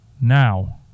now